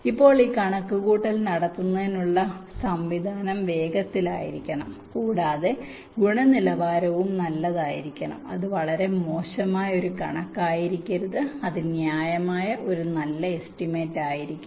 ഇപ്പോൾ ഈ കണക്കുകൂട്ടൽ നടത്തുന്നതിനുള്ള സംവിധാനം വേഗത്തിലായിരിക്കണം കൂടാതെ ഗുണനിലവാരവും നല്ലതായിരിക്കണം അത് വളരെ മോശമായ ഒരു കണക്ക് ആയിരിക്കരുത് അത് ന്യായമായ ഒരു നല്ല എസ്റ്റിമേറ്റ് ആയിരിക്കണം